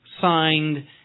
signed